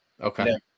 Okay